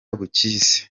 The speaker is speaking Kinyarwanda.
bukizi